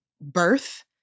birth